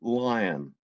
lion